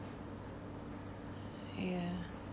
ya